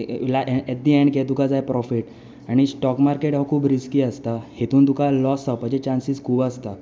eight the end तुका जाय profit आनी स्टोक मार्केट हो खूब रिस्की आसता हितून तुका लॉस जावपाचे चांसीस खूब आसता